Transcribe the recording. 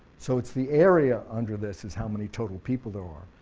so it's the area under this is how many total people there are.